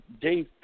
Dave